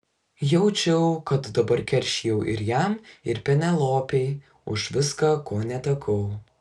jaučiau kad dabar keršijau ir jam ir penelopei už viską ko netekau